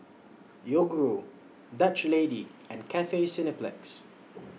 Yoguru Dutch Lady and Cathay Cineplex